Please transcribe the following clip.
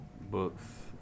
books